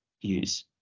use